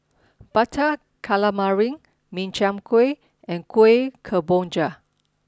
Butter Calamari Min Chiang Kueh and Kuih Kemboja